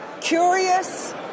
curious